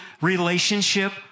relationship